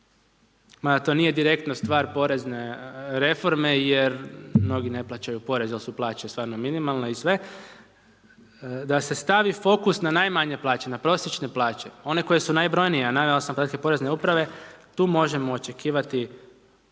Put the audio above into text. mada to nije direktno stvar porezne reforme, jer mnogi ne plaćaju porez jer su plaće stvarno minimalne i sve, da se stavi fokus na najmanje plaće, na prosječne plaće, one koje su najbrojnije, a …/Govornik se ne razumije./… porezne uprave, tu možemo očekivati